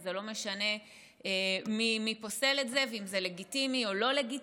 וזה לא משנה מי פוסל את זה ואם זה לגיטימי או לא לגיטימי.